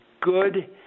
good